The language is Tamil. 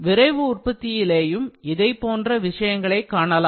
விரைவு உற்பத்தியிலேயும் இதைப் போன்ற விஷயங்களை காணலாம்